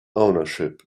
ownership